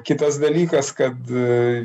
kitas dalykas kad